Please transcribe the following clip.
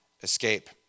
escape